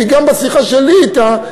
כי גם בשיחה שלי אתה,